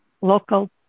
local